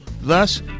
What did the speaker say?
Thus